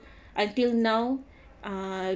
until now uh